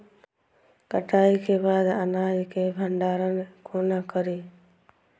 कटाई के बाद अनाज के भंडारण कोना करी?